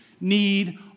need